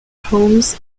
homes